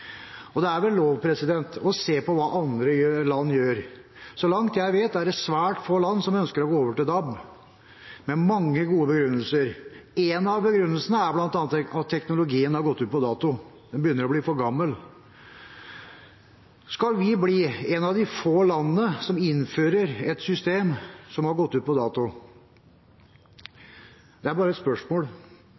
Det er vel lov å se på hva andre land gjør. Så vidt jeg vet, er det svært få land som ønsker å gå over til DAB, med mange gode begrunnelser. En av begrunnelsene er bl.a. at teknologien har gått ut på dato, den begynner å bli for gammel. Skal vi bli et av de få landene som innfører et system som har gått ut på dato? Det er bare et spørsmål.